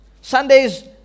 Sundays